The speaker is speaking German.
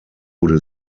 wurde